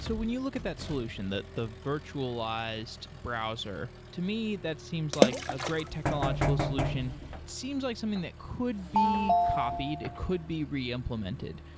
so when you look at that solution, that the virtualized browser, to me that seems like a great technological solution. it seems like something that could be copied, it could be re implemented.